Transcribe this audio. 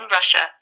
Russia